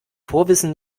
vorwissen